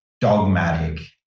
dogmatic